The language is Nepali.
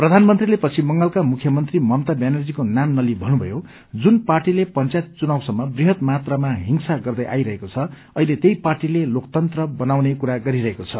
प्रधानमन्त्रीले पश्चिम बंगालका मुख्यमन्त्री ममता ब्यानर्जीको नाम नलि भन्नुभयो जुन पार्टीले पंचायत चुनावसम्म बृहत मात्रामा हिंसा गर्दै आइरहेको छ अहिले त्यही पार्टीले लोकतन्त्र बचाउने कुरा गरिरहेको छ